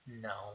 No